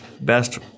best